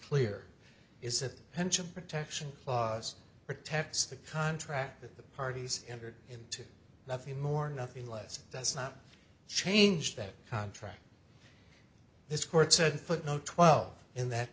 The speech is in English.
clear is that pension protection clause protects the contract that the parties entered into nothing more nothing less does not change that contract this court said put no twelve in that